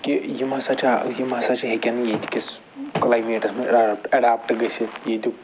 کہِ یِم ہَسا چھِ یِم ہَسا چھِ ہیٚکٮ۪ن ییٚتہِ کِس کٕلایمیٹَس مَنٛز اٮ۪ڈاپٹ گٔژھِتھ ییٚتیُک